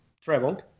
traveled